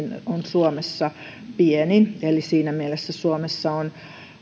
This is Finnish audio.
on suomessa pienin eli siinä mielessä suomessa on